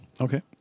Okay